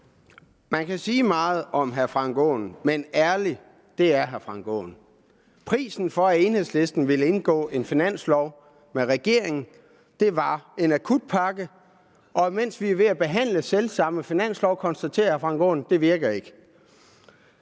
Man kan jo sige meget om hr. Frank Aaen, men ærlig er han i hvert fald. Prisen for, at Enhedslisten ville indgå en finanslovaftale med regeringen, var en akutpakke. Mens vi så er ved at behandle selv samme finanslov, konstaterer hr. Frank Aaen, at det ikke